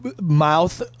mouth